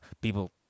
people